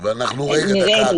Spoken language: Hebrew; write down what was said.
נראה לי,